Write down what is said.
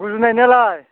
गुजुनायनियालाय